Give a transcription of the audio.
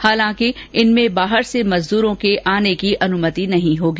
हालांकि इनमें बाहर से मजदूरों के आवागमन की अनुमति नहीं होगी